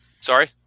Sorry